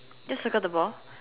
just circle the ball